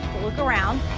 look around,